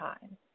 time